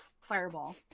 fireball